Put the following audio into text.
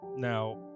Now